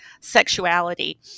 sexuality